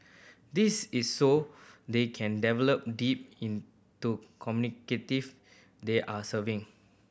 this is so they can develop deep into they are serving